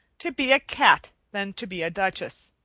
to be a cat than to be a duchess.